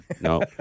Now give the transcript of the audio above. no